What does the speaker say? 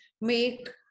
make